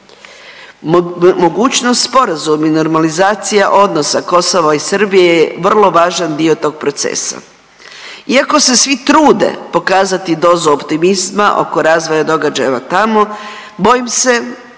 Mogućnost sporazum i normalizacija odnosa Kosova i Srbije je vrlo važan dio tog procesa. Iako se svi trude pokazati dozu optimizma oko razvoja događajeva tamo bojim se